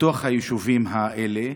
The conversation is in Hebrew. בתוך היישובים האלה.